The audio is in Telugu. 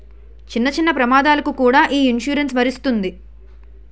చిన్న చిన్న ప్రమాదాలకు కూడా ఈ ఇన్సురెన్సు వర్తిస్తుంది